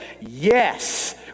Yes